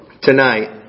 tonight